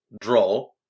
draw